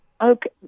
Okay